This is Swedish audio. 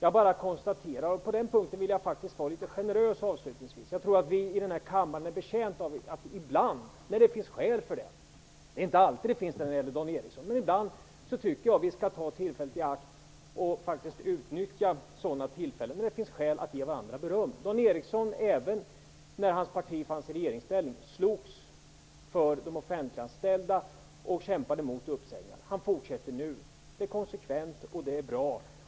Jag bara konstaterar - och på den punkten vill jag, avslutningsvis, vara litet generös - att vi i denna kammare är betjänta av att när det finns skäl för det, men så är det inte alltid när det gäller Dan Ericsson, ta tillfället i akt och ge varandra beröm. Även när Dan Ericssons parti var i regeringsställning slogs Dan Ericsson för de offentliganställda och kämpade mot uppsägningar. Han fortsätter med det. Det är både konsekvent och bra.